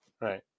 Right